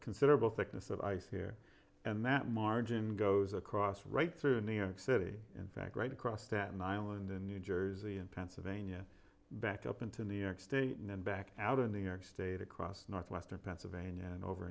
considerable thickness of ice here and that margin goes across right through new york city in fact right across that an island in new jersey and pennsylvania back up into new york state and back out in new york state across northwestern pennsylvania